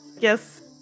Yes